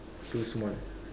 two small